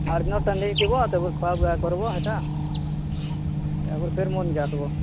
ଅର୍ଣ୍ଣ ତେଣ୍ଡଇ ଥିବ ତାପରେ ଖୁଆ ବୁଆ କର୍ବ ସେଟା ତାପରେ ଫିର୍ ମନ୍କେ ଆସବ